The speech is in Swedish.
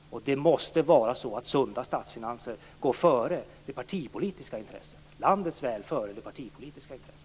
Sunda statsfinanser måste gå före det partipolitiska intresset, landets väl före det partipolitiska intresset.